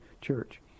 church